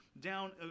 Down